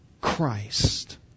Christ